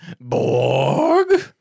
Borg